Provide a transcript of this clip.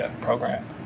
program